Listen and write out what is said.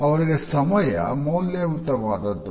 ಅವರಿಗೆ ಸಮಯ ಮೌಲ್ಯಯುತವಾದುದು